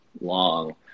long